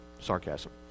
Sarcasm